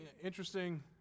interesting